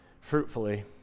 fruitfully